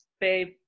babe